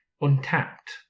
untapped